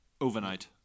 Overnight